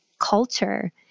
culture